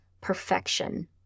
perfection